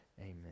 Amen